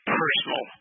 personal